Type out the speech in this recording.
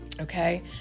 okay